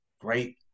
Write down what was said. great